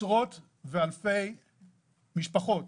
אלפי משפחות